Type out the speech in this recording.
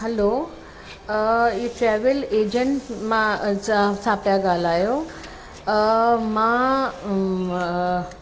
hello ये travel agent मां जा पिया ॻाल्हायो मां